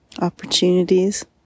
opportunities